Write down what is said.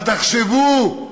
אבל תחשבו,